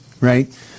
right